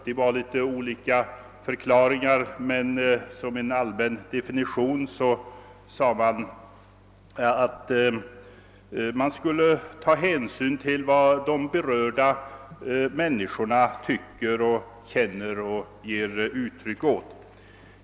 Det gavs något olika förklaringar, men som en allmän definition sade man att det skulle tas hänsyn till vad de berörda människorna tycker och känner och ger uttryck åt.